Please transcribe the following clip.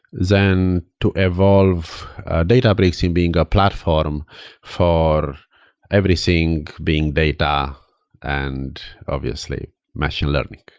then to evolve databricks in being a platform for everything being data and obviously machine learning.